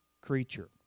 creature